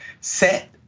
set